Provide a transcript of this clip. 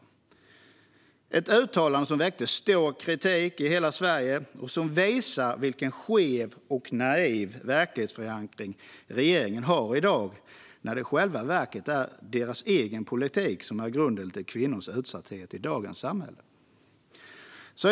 Det var ett uttalade som väckte stor kritik i hela Sverige och som visar vilken skev och naiv verklighetsförankring regeringen har i dag, då det i själva verket är deras egen politik som är grunden till kvinnors utsatthet i dagens samhälle.